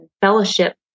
fellowship